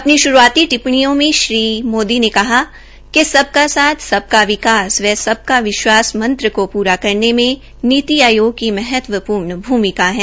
अपने शुरूआती टिप्पणियों में श्री मोदी ने कहा कि सबका साथ सबका विकास सबका विश्वास मंत्री को प्रा करने में नीति आयोग की महत्वपूर्ण भूमिका है